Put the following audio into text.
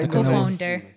Co-Founder